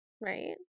Right